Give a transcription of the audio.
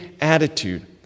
attitude